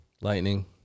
Lightning